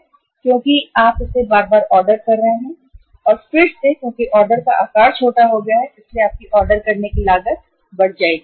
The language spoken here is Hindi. लेकिन क्योंकि आप इसे बार बार ऑर्डर कर रहे हैं और क्योंकि ऑर्डर का आकार छोटा हो गया है इसलिए फिर से आपकी ऑर्डर करने की लागत बढ़ जाएगी